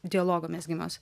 dialogo mezgimas